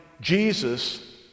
jesus